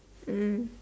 mm